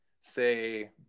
say